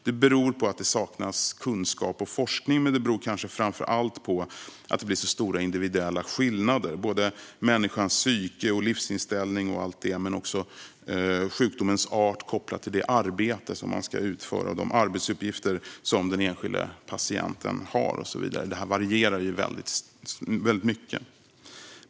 Det beror på att det saknas kunskap och forskning. Framför allt beror det kanske dock på att det blir så stora individuella skillnader. Såväl människans psyke och livsinställning som sjukdomens art kopplat till det arbete man ska utföra och de arbetsuppgifter som den enskilda patienten har varierar ju väldigt mycket.